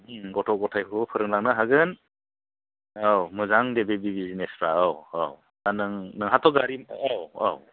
गथ' गथायफोरखौबो फोरोंलांनो हागोन औ मोजां दे बे बिज्सनेसफ्रा औ औ दा नों नोंहाथ' गारि औ औ